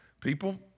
People